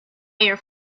your